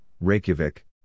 Reykjavik